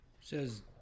says